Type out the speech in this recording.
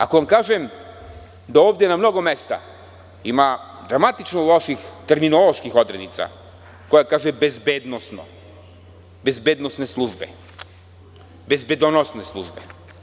Ako vam kažem da ovde na mnogo mesta ima gramatično loših terminoloških odrednica, na primer – bezbedonosno, bezbedonosne službe.